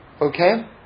Okay